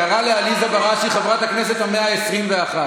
קרא לעליזה בראשי "חברת הכנסת ה-121",